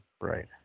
Right